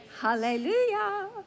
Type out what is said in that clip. Hallelujah